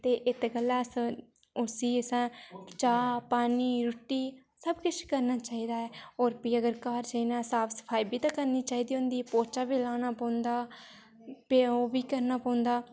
ते इत्त गल्लै अस उ'सी अ'सें चाह् पानी रुट्टी सब किश करना चाहिदा ऐ होर बी अगर घर साफ सफाई बी करनी चाहिदी होंदी पोचा बी लाना पौंदा प्ही ओह् बी करना पौंदा